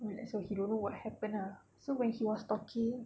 I mean like so he don't know what happened ah so when he was talking